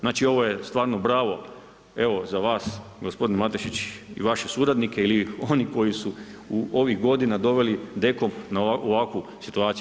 Znači ovo je stvarno bravo evo za vas gospodine Matešić i vaše suradnike ili oni koji su u ovih godina doveli DEKOM u ovakvu situaciju.